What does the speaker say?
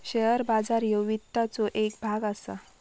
share बाजार ह्यो वित्ताचो येक भाग असा